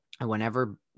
Whenever